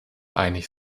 einig